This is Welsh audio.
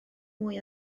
mwy